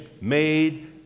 made